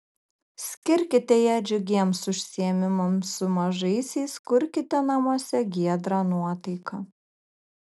skirkite ją džiugiems užsiėmimams su mažaisiais kurkite namuose giedrą nuotaiką